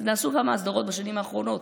נעשו כמה הסדרות בשנים האחרונות,